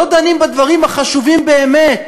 לא דנים בדברים החשובים באמת,